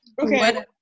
Okay